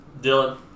Dylan